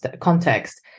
context